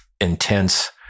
intense